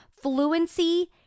fluency